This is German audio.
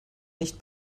nicht